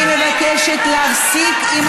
אני מבקשת להפסיק עם הצרחות.